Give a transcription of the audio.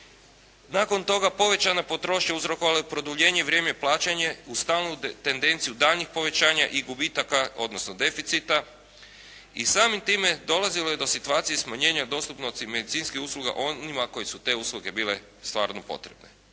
Nakon toga povećana potrošnja uzrokovala je produljenje, vrijeme i plaćanje uz stalnu tedenciju daljnjih povećanja i gubitaka, odnosno deficita i samim time dolazilo je do situacije i smanjenja dostupnosti medicinskih usluga onima kojima su te usluge bile stvarno potrebne.